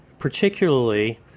Particularly